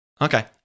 Okay